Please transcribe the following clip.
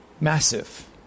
massive